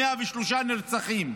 103 נרצחים,